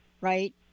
right